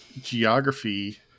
geography